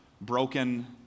broken